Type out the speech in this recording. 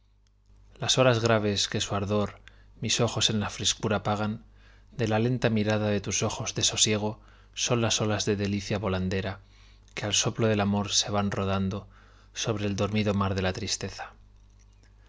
las horas graves que su ardor mis ojos en la frescura apagan de la lenta mirada de tus ojos de sosiego son olas de delicia volandera que al soplo del amor se van rodando sobre el dormido mar de la tristeza